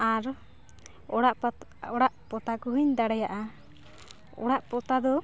ᱟᱨ ᱚᱲᱟᱜ ᱚᱲᱟᱜ ᱯᱚᱛᱟ ᱚᱲᱟᱜ ᱯᱚᱛᱟᱣ ᱠᱚᱦᱚᱧ ᱫᱟᱲᱮᱭᱟᱜᱼᱟ ᱚᱲᱟᱜ ᱯᱚᱛᱟᱣ ᱫᱚ